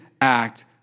act